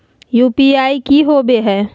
UPI की होवे हय?